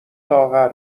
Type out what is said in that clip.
لاغر